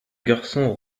garçon